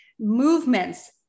movements